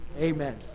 Amen